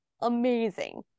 amazing